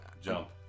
jump